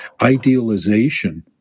idealization